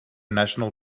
national